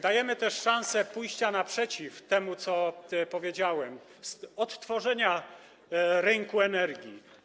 Dajemy też szansę wyjścia naprzeciw temu, co powiedziałem, odtworzeniu rynku energii.